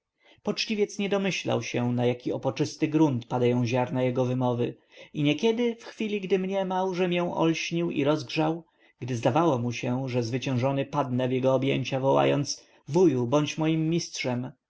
poczciwiec nie domyślał się na jak opoczysty grunt padają ziarna jego wymowy i nieraz w chwili gdy mniemał ze mię olśnił i rozgrzał gdy zdawało mu się że zwyciężony padnę w jego objęcia wołając wuju bądź moim mistrzem